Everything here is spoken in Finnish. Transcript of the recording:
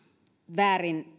väärin